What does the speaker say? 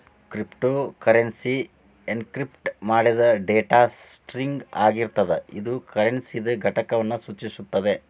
cryptocurrency encrypt ಮಾಡಿದ್ data string ಆಗಿರ್ತದ ಇದು ಕರೆನ್ಸಿದ್ ಘಟಕವನ್ನು ಸೂಚಿಸುತ್ತದೆ